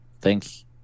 thanks